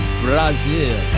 Brazil